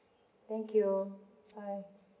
thank you bye